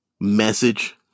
message